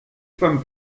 femme